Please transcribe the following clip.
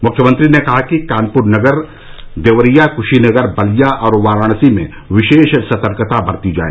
मुख्यमंत्री ने कहा कि कानपुर नगर देवरिया कुशीनगर बलिया और वाराणसी में विशेष सतर्कता बरती जाए